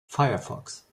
firefox